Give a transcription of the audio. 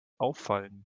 auffallen